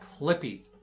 Clippy